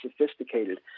sophisticated